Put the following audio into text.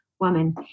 woman